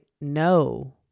no